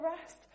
rest